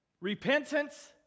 Repentance